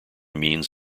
means